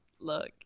Look